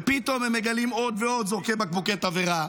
ופתאום הם מגלים עוד ועוד זורקי בקבוקי תבערה,